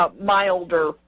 milder